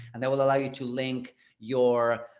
and that will allow you to link your,